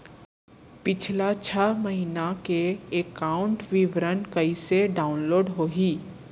पिछला छः महीना के एकाउंट विवरण कइसे डाऊनलोड होही?